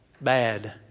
bad